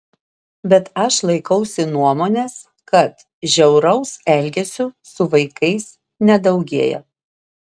bet aš laikausi nuomonės kad žiauraus elgesio su vaikais nedaugėja